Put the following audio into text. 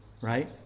right